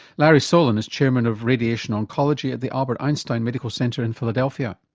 larry solin is chairman of radiation oncology at the albert einstein medical center in philadelphia.